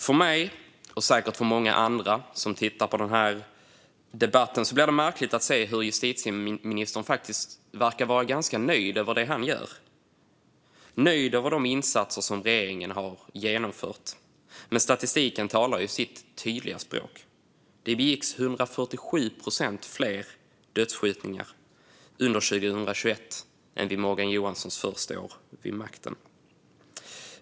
För mig, och säkert för många andra som tittar på denna debatt, är det märkligt att se hur justitieministern faktiskt verkar vara ganska nöjd över det han gör och över de insatser som regeringen har genomfört. Men statistiken talar sitt tydliga språk. Det skedde 147 procent fler dödsskjutningar under 2021 än under Morgan Johanssons första år vid makten.